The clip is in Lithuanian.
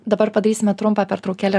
dabar padarysime trumpą pertraukėlę